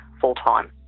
full-time